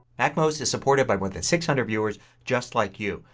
macmost is supported by more than six hundred viewers just like you.